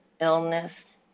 illness